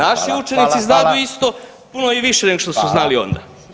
Naši učenici znadu isto puno i više nego što su znali onda.